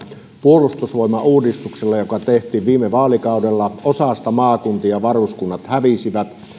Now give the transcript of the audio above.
puolustusvoimauudistuksella joka tehtiin viime vaalikaudella osasta maakuntia varuskunnat hävisivät